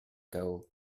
chaos